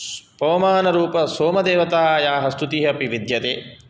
पवमानरूपसोमदेवतायाः स्तुतिः अपि विद्यते